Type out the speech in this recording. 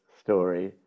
story